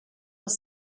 will